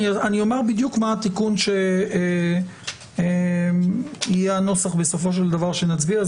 אני אומר בדיוק מה התיקון בנוסח שיהיה בסופו של דבר ושעליו נצביע.